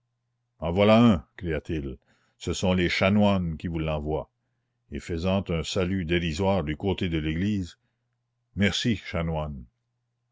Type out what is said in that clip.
en voilà un cria-t-il ce sont les chanoines qui vous l'envoient et faisant un salut dérisoire du côté de l'église merci